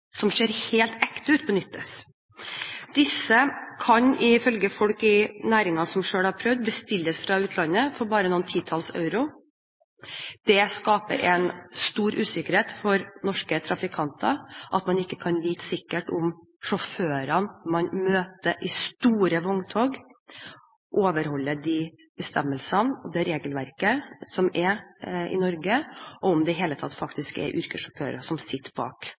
som ser helt ekte ut, benyttes. Disse kan ifølge folk i næringen som selv har prøvd, bestilles fra utlandet for bare noen titalls euro. Det skaper en stor usikkerhet for norske trafikanter at man ikke kan vite sikkert om sjåførene man møter i store vogntog, overholder de bestemmelsene og det regelverket som er i Norge, og om det i det hele tatt faktisk er yrkessjåfører som